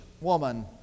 woman